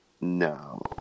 No